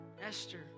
Esther